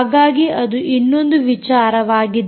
ಹಾಗಾಗಿ ಅದು ಇನ್ನೊಂದು ವಿಚಾರವಾಗಿದೆ